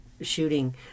shooting